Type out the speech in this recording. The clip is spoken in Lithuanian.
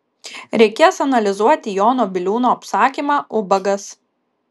reikės analizuoti jono biliūno apsakymą ubagas